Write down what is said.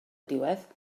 diwedd